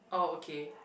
oh okay